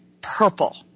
purple